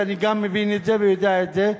ואני גם מבין את זה ויודע את זה.